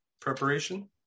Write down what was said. preparation